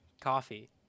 coffee